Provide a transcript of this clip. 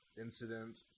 incident